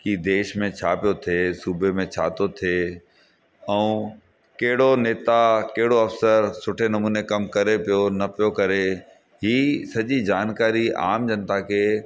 की देश में छा पियो थिए सुबे में छा थो थिए ऐं कहिड़ो नेता कहिड़ो अफ़सर सुठे नमूने कमु करे पियो न पियो करे हीअ सॼी जानकारी आम जनता खे